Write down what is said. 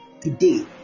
Today